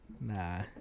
Nah